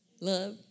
Love